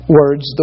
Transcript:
words